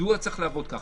מדוע יש לעבוד כך.